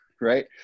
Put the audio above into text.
right